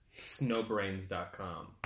snowbrains.com